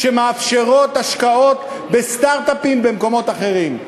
שמאפשרות השקעות בסטרט-אפים במקומות אחרים.